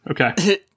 Okay